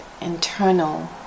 internal